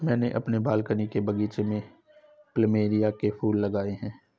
मैंने अपने बालकनी के बगीचे में प्लमेरिया के फूल लगाए हैं